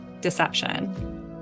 deception